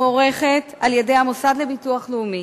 המוערכת על-ידי המוסד לביטוח לאומי